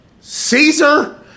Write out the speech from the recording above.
Caesar